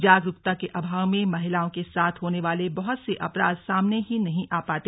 जागरूकता के अभाव में महिलाओं के साथ होने वाले बहुत से अपराध सामने ही नहीं आ पाते